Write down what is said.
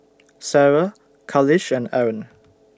Sarah Khalish and Aaron